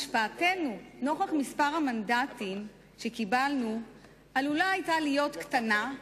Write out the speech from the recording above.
השפעתנו נוכח מספר המנדטים שקיבלנו עלולה להיות קטנה,